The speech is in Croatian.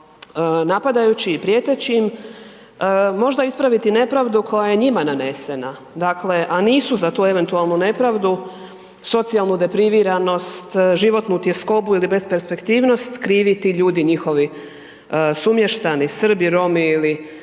napadajući i prijeteći im možda ispraviti nepravdu koja je njima nanesena, dakle a nisu za tu eventualnu nepravdu socijalnu depriviranost, životnu tjeskobu ili besperspektivnost, krivi ti ljudi, njihovi sumještani, Srbi, Romi ili